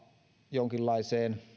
jonkinlaiseen